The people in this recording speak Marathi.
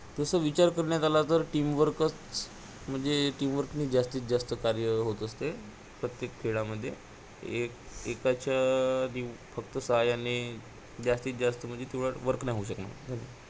तसं विचार करण्यात आला तर टीमवर्कच म्हणजे टीमवर्कने जास्तीत जास्त कार्य होत असते प्रत्येक खेळामध्ये एक एकाच्या नि फक्त सहाय्याने जास्तीत जास्त म्हणजे तेवढ वर्क नाही होऊ शकणार